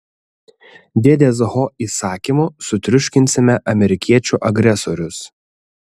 dėdės ho įsakymu sutriuškinsime amerikiečių agresorius